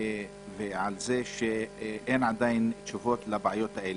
ועל זה שאין עדיין תשובות לבעיות האלה.